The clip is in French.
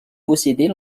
possédait